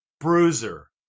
Bruiser